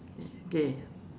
okay